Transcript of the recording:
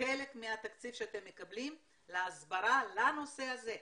חלק מהתקציב שאתם מקבלים להסברה לנושא הזה,